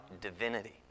divinity